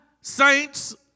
saints